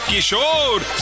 Kishore